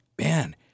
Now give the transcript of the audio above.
man